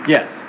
Yes